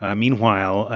ah meanwhile,